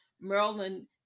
Merlin